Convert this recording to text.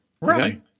Right